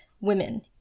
women